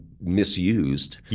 misused